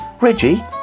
Reggie